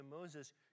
Moses